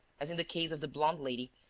as in the case of the blonde lady,